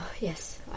yes